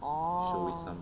orh